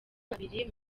babiri